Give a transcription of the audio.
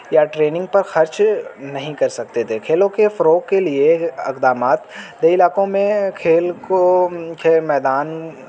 یا ٹریننگ پر خرچ نہیں کر سکتے تھے کھیلوں کے فروغ کے لیے اقدامات دیہی علاقوں میں کھیل کو میدان